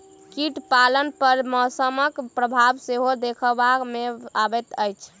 कीट पालन पर मौसमक प्रभाव सेहो देखबा मे अबैत अछि